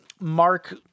Mark